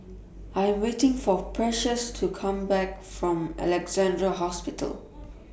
I'm waiting For Precious to Come Back from Alexandra Hospital